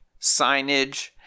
signage